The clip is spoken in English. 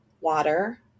water